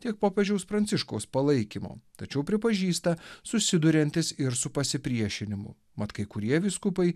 tiek popiežiaus pranciškaus palaikymo tačiau pripažįsta susiduriantis ir su pasipriešinimu mat kai kurie vyskupai